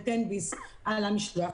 ו"תן ביס" על המשלוח,